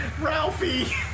Ralphie